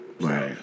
Right